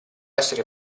essere